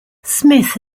smith